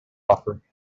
offer